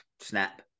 snap